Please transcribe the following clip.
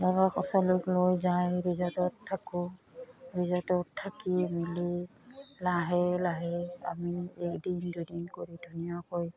ধৰক ওচৰত লৈ যায় ৰিজৰ্টত থাকোঁ ৰিজৰ্টত থাকি মেলি লাহে লাহে আমি একদিন দুদিন কৰি ধুনীয়াকৈ